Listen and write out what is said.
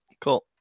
Cool